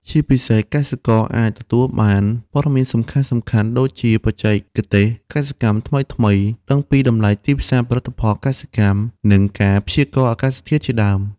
ជាពិសេស កសិករអាចទទួលបានព័ត៌មានសំខាន់ៗដូចជា បច្ចេកទេសកសិកម្មថ្មីៗ ដឹងពីតម្លៃទីផ្សារផលិតផលកសិកម្ម និងការព្យាករណ៍អាកាសធាតុជាដើម។